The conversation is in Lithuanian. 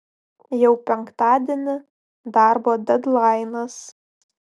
jau penktadienį darbo dedlainas